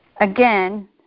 Again